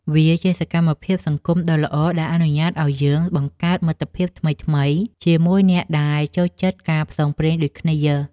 វាជាសកម្មភាពសង្គមដ៏ល្អ ដែលអនុញ្ញាតឱ្យយើងបង្កើតមិត្តភាពថ្មីៗជាមួយអ្នកដែលចូលចិត្តការផ្សងព្រេងដូចគ្នា។